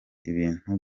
ibintu